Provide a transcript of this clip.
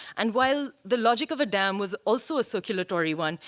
and while the logic of a dam was also a circulatory one,